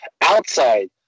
outside